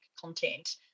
content